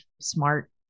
smart